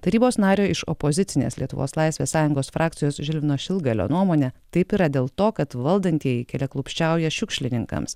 tarybos nario iš opozicinės lietuvos laisvės sąjungos frakcijos žilvino šilgalio nuomone taip yra dėl to kad valdantieji keliaklupsčiauja šiukšlininkams